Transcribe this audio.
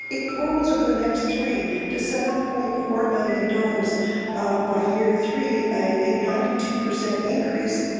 it grows over the next three to seven point four million dollars by year three, a ninety two percent increase.